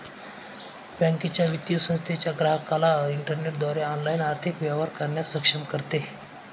बँकेच्या, वित्तीय संस्थेच्या ग्राहकाला इंटरनेटद्वारे ऑनलाइन आर्थिक व्यवहार करण्यास सक्षम करते